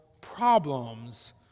problems